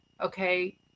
Okay